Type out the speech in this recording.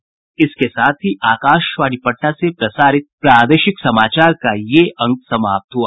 इसके साथ ही आकाशवाणी पटना से प्रसारित प्रादेशिक समाचार का ये अंक समाप्त हुआ